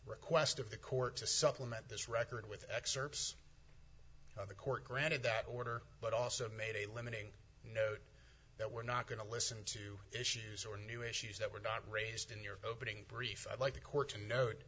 request of the court to supplement this record with excerpts of the court granted that order but also made a limiting note that we're not going to listen to issues or new issues that were not raised in your opening brief i'd like the court to note